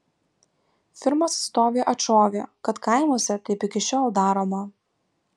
firmos atstovė atšovė kad kaimuose taip iki šiol daroma